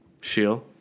Sheil